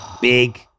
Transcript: Big